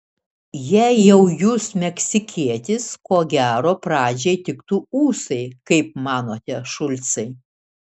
jei jau jūs meksikietis ko gero pradžiai tiktų ūsai kaip manote šulcai